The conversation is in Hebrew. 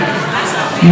מהיום הראשון,